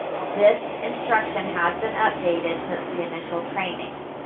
this instruction has been updated since the initial training.